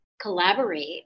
collaborate